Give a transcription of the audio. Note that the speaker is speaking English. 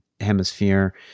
hemisphere